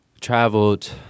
traveled